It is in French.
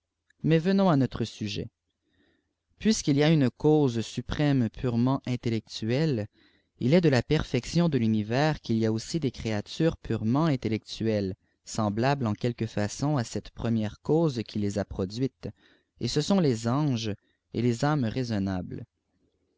mais venons à notre sujet puisqu'il y a une cause suprême purement intellectuelle il est de la perfection de l'univers qu'il y ait aussi des créatures purement intellectuelles semblables en quelque façon à cette première cause qui les a produites et ce sont les anges et les âmes raisonnables